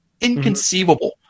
inconceivable